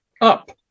up